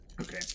Okay